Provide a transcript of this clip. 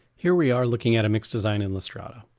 here we are looking at a mix design in lastrada,